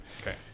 Okay